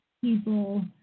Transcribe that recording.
people